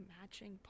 matching